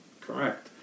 Correct